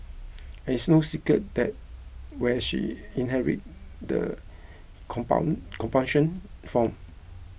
and it's no secret that where she inherit that compound compunction from